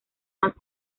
más